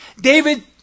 David